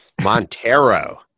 Montero